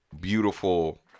beautiful